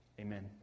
amen